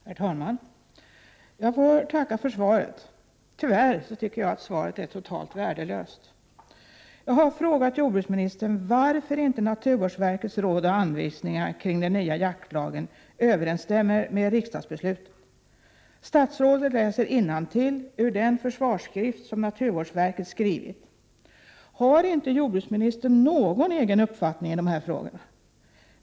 Herr talman! Jag får tacka för svaret. Tyvärr tycker jag att svaret är helt värdelöst. Jag har frågat jordbruksministern varför naturvårdsverkets råd och anvisningar kring den nya jaktlagen inte överensstämmer med riksdagsbeslutet. Statsrådet läser då innantill ur den försvarsskrift som naturvårdsverket gjort. Har inte jordbruksministern någon egen uppfattning i de här frågorna?